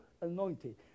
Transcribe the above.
anointed